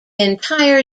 entire